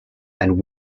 and